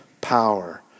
power